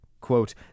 Quote